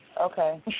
Okay